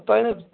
تۅہہِ